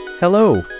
Hello